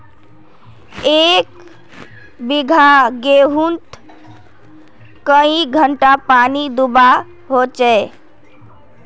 एक बिगहा गेँहूत कई घंटा पानी दुबा होचए?